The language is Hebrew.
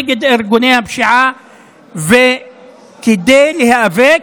נגד ארגוני הפשיעה וכדי להיאבק,